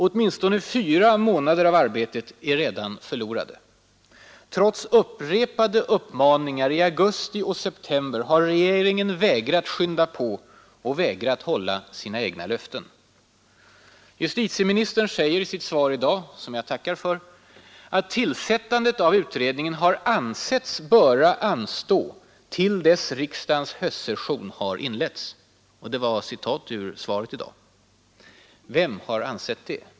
Åtminstone fyra månader av arbetet är redan förlorade. Trots upprepade uppmaningar i augusti och september har regeringen vägrat skynda på och vägrat hålla sina egna löften. Justitieministern säger i sitt svar i dag, som jag tackar för, att tillsättandet av utredningen har ”ansetts böra anstå till dess riksdagens höstsession har inletts”. Vem har ansett det?